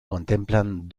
contemplan